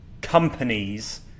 companies